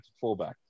fullback